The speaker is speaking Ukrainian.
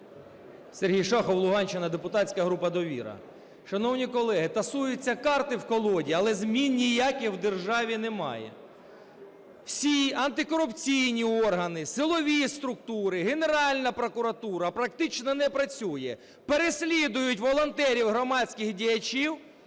Сергій Шахов, Луганщина, депутатська група "Довіра". Шановні колеги, тасуються карти в колоді, але змін ніяких в державі немає. Всі антикорупційні органи, силові структури, Генеральна прокуратура практично не працює, переслідують волонтерів, громадських діячів.